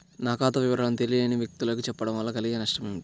నా ఖాతా వివరాలను తెలియని వ్యక్తులకు చెప్పడం వల్ల కలిగే నష్టమేంటి?